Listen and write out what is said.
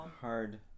hard